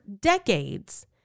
decades